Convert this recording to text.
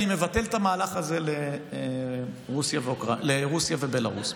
אני מבטל את המהלך הזה לרוסיה ובלרוס,